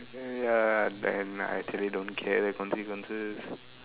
uh ya then I actually don't care the consequences